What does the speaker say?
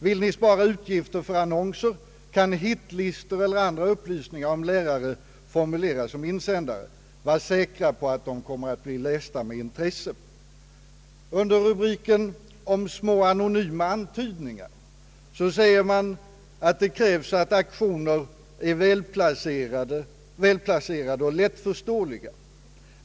Vill ni spara utgifter för annonser kan hit-listor eller andra upplysningar om lärare formuleras som in sändare. Var säkra på att de kommer att bli lästa med intresse.» Under rubriken »Om små anonyma antydningar» säger man att det krävs att aktionerna är välplacerade och lättförståeliga.